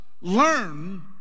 learn